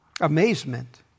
Amazement